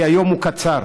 כי היום הוא קצר,